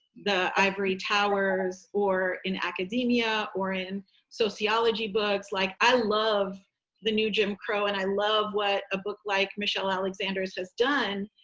the ivory towers, or in academia, or in sociology books, like i love the new jim crow, and i love what a book like michelle alexander's has done.